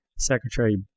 Secretary